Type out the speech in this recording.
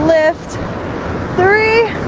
lift three